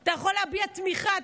אתה יכול להביע תמיכה,